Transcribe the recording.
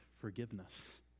forgiveness